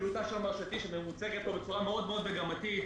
מרשתי מוצגת פה בצורה מאוד-מאוד מגמתית.